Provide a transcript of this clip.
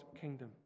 kingdom